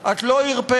את לא הרפית,